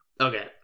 Okay